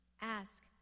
ask